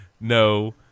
no